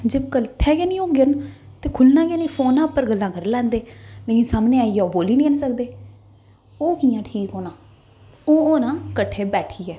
जे कट्ठे गै निं होंगन ते खु'ल्लना गै निं फोनै उप्पर गल्लां करी लैंदे लेकिन सामनै आइयै ओह् बोल्ली गै निं सकदे ओह् कि'यां ठीक होना ओह् होना कट्ठे बैठियै